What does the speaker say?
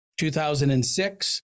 2006